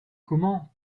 comment